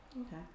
okay